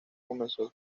comenzó